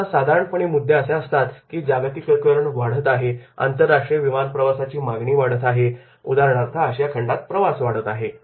आता साधारणपणे मुद्दे असे असतात की जागतिकीकरण वाढत आहे आंतरराष्ट्रीय विमान प्रवासाची मागणी वाढत आहे उदाहरणार्थ आशिया खंडात प्रवास वाढत आहे